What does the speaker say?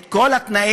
את כל התנאים,